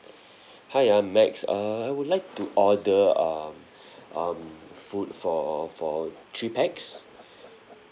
hi I'm max err I would like to order um um food for for three pax